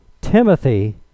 Timothy